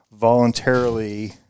voluntarily